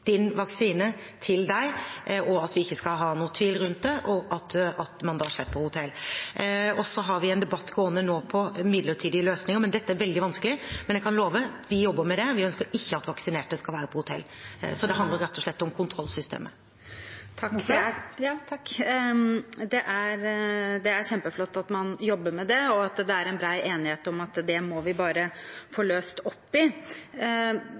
din vaksine til deg, og at vi ikke skal ha noen tvil rundt det, og at man da slipper hotell. Og så har vi en debatt gående nå om midlertidige løsninger. Dette er veldig vanskelig, men jeg kan love at vi jobber med det. Vi ønsker ikke at vaksinerte skal være på hotell. Det handler rett og slett om kontrollsystemer. Det er kjempeflott at man jobber med det, og at det er bred enighet om at dette må vi bare